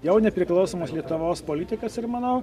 jau nepriklausomos lietuvos politikas ir manau